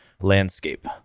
landscape